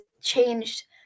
changed